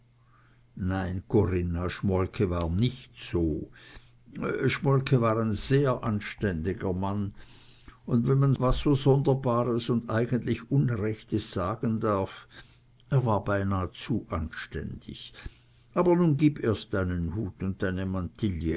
nein corinna schmolke war nich so schmolke war ein sehr anständiger mann und wenn man so was sonderbares und eigentlich unrechtes sagen darf er war beinah zu anständig aber nun gib erst deinen hut und